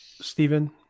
Stephen